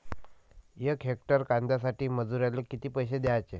यक हेक्टर कांद्यासाठी मजूराले किती पैसे द्याचे?